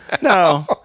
No